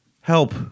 help